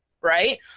right